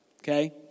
okay